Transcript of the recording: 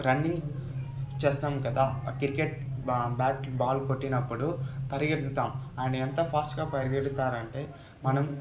running చేస్తాం కదా ఆ క్రికెట్ బా బ్యాట్కి బాల్ కొట్టినప్పుడు పరిగెత్తుతాం అయన ఎంత ఫాస్ట్గా పరుగెత్తుతాడంటే మనం